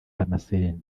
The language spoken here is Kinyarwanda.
damascene